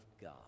God